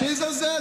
שיזלזל.